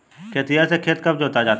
खेतिहर से खेत कब जोता जाता है?